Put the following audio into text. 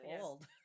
old